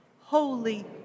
Holy